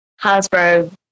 Hasbro